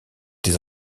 des